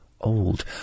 old